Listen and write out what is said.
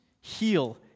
heal